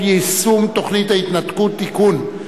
יישום תוכנית ההתנתקות (תיקון,